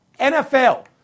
NFL